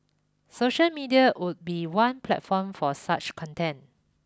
social media would be one platform for such content